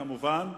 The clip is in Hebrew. כמובן.